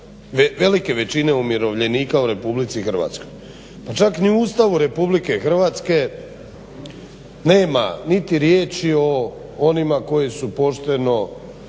velike većine umirovljenika u RH. Pa čak ni u Ustavu RH nema niti riječi o onima koji su pošteno